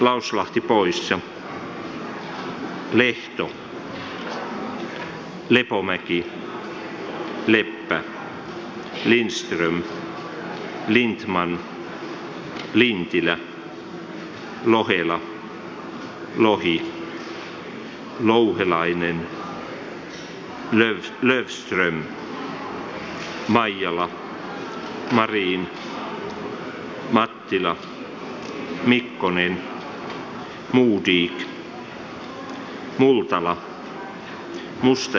jag ber följande riksdagsledamöter biträda vid valet